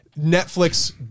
Netflix